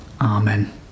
Amen